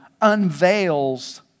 unveils